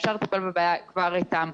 אפשר לטפל בבעיה כבר איתם.